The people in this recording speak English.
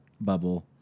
bubble